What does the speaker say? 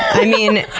i mean,